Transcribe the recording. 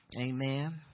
Amen